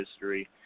history